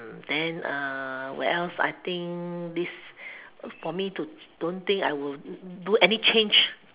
then ah where else I think this for me to don't think I will do any change